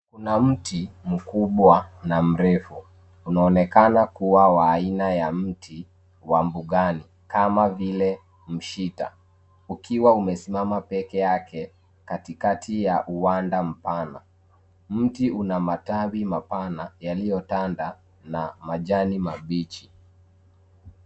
Kuna mti mkubwa na mrefu, unaonekana kuwa wa aina ya mti wa mbugani kama vile mshita ukiwa umesimama peke yake katikati ya uwanda mpana ,mti una matawi mapana yaliyo tanda na majani mabichi.